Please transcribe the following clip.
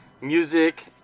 Music